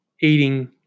Eating